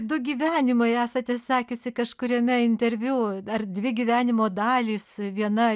du gyvenimai esate sakiusi kažkuriame interviu ar dvi gyvenimo dalys viena